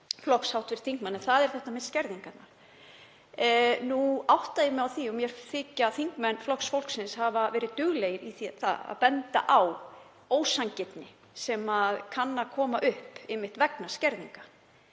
flokks hv. þingmanns, en það er þetta með skerðingarnar. Nú átta ég mig á því og mér þykir þingmenn Flokks fólksins hafa verið duglegir að benda á ósanngirni sem kann að koma upp vegna skerðinga